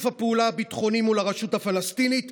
הפעולה הביטחוני מול הרשות הפלסטינית,